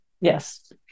yes